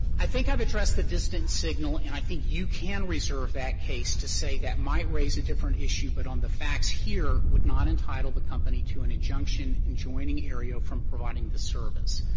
i think i've addressed the distant signal, and i think you can reserve that case to say that might raise a different issue, but on the facts here would not entitle the company to an injunction enjoining aereo from providing the service.